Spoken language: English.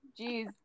Jeez